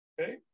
okay